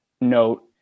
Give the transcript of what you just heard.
note